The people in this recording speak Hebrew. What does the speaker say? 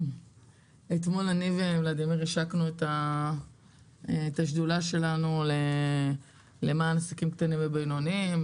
אתמול אני וולדימיר השקנו את השדולה שלנו למען עסקים קטנים ובינוניים,